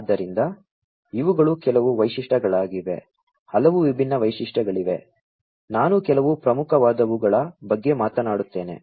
ಆದ್ದರಿಂದ ಇವುಗಳು ಕೆಲವು ವೈಶಿಷ್ಟ್ಯಗಳಾಗಿವೆ ಹಲವು ವಿಭಿನ್ನ ವೈಶಿಷ್ಟ್ಯಗಳಿವೆ ನಾನು ಕೆಲವು ಪ್ರಮುಖವಾದವುಗಳ ಬಗ್ಗೆ ಮಾತನಾಡುತ್ತೇನೆ